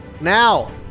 Now